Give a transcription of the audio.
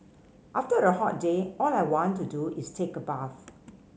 after a hot day all I want to do is take a bath